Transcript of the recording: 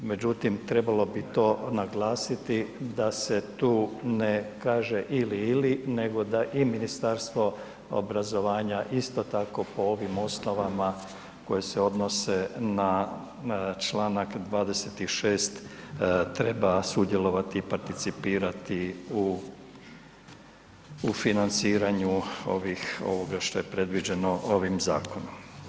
Međutim, trebalo bi to naglasiti da se tu ne kaže ili-ili nego da i Ministarstvo obrazovanja isto tako po ovim osnovama koje se odnose na čl. 26. treba sudjelovati i participirati u, u financiranju ovih, ovoga što je predviđeno ovim zakonom.